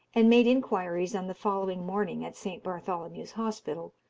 and made inquiries on the following morning at st. bartholomew's hospital,